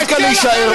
דווקא להישאר פה.